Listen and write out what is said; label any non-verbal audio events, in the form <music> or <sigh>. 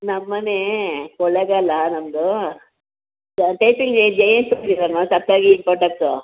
ನಮ್ಮ ಮನೆ ಕೊಳ್ಳೆಗಾಲ ನಮ್ಮದು ಸೊಸೈಟಿಗೆ <unintelligible>